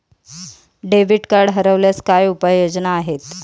Debit card हरवल्यास काय उपाय योजना आहेत?